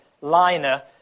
liner